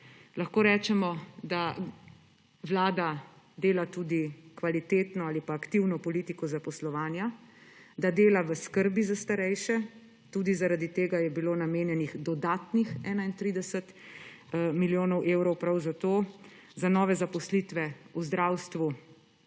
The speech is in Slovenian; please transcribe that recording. Lahko rečemo, da vlada dela tudi kvalitetno ali aktivno politiko zaposlovanja, da dela v skrbi za starejše, tudi zaradi tega je bilo namenjenih dodatnih 31 milijonov evrov prav za to, za nove zaposlitve v zdravstvu